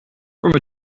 from